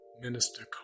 Minister